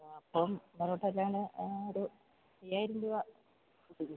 ആ അപ്പം പൊറോട്ട എല്ലാം കൂടെ ഒരു അയ്യായിരം രൂപ കൂട്ടിക്കോളൂ